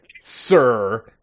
sir